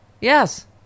Yes